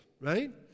right